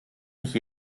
mich